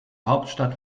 hauptstadt